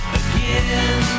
again